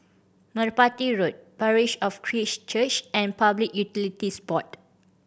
Merpati Road Parish of Christ Church and Public Utilities Board